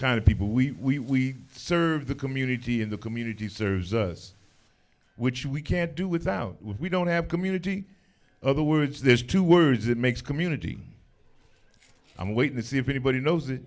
kind of people we serve the community and the community serves us which we can't do without we don't have community other words there's two words that makes community i'm waiting to see if anybody knows th